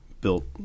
built